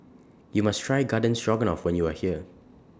YOU must Try Garden Stroganoff when YOU Are here